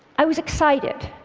i was excited.